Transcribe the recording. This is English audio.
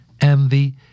envy